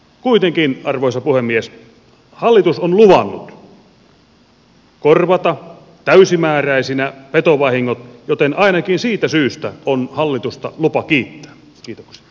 kuitenkin arvoisa puhemies hallitus on luvannut korvata täysimääräisinä petovahingot joten ainakin siitä syystä on hallitusta lupa kiittää